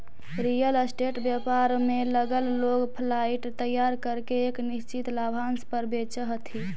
real state व्यापार में लगल लोग फ्लाइट तैयार करके एक निश्चित लाभांश पर बेचऽ हथी